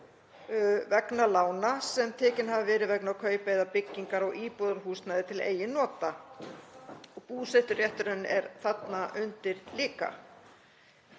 vegna lána sem tekin hafa verið vegna kaupa eða byggingar á íbúðarhúsnæði til eigin nota og búseturétturinn er þarna undir líka.